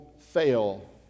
fail